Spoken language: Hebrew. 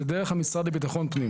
זה דרך המשרד לביטחון פנים.